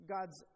God's